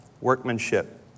workmanship